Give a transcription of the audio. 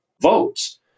votes